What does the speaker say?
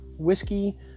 whiskey